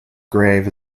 grave